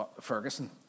Ferguson